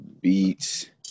Beats